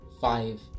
five